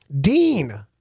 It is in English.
Dean